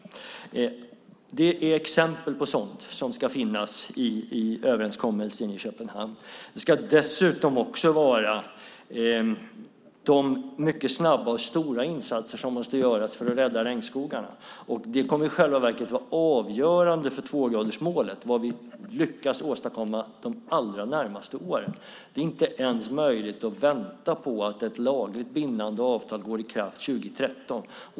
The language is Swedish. Det är exempel på sådant som ska finnas i överenskommelsen i Köpenhamn. Dessutom ska det vara de mycket snabba och stora insatser som måste göras för att rädda regnskogarna. Vad vi lyckas åstadkomma de allra närmaste åren kommer att vara avgörande för tvågradersmålet. Det är inte möjligt att vänta på att ett lagligt bindande avtal träder i kraft 2013.